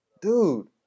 Dude